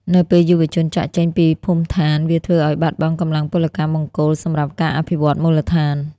នៅពេលយុវជនចាកចេញពីភូមិដ្ឋាន វាធ្វើឱ្យបាត់បង់កម្លាំងពលកម្មបង្គោលសម្រាប់ការអភិវឌ្ឍមូលដ្ឋាន។